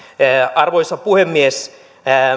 arvoisa puhemies